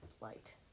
light